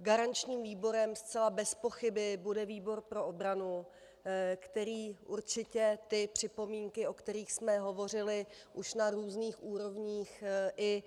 Garančním výborem zcela bezpochyby bude výbor pro obranu, který určitě připomínky, o kterých jsme hovořili už na různých úrovních i